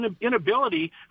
inability